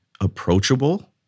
approachable